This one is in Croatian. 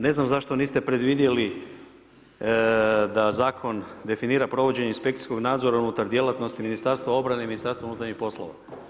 Ne znam zašto niste predvidjeli da zakon definira provođenje inspekcijskog nadzora unutar djelatnosti Ministarstva obrane i Ministarstva unutarnjih poslova.